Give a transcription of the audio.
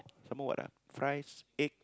some more what ah fried egg